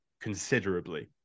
considerably